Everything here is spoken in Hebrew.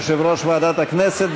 יושב-ראש ועדת הכנסת.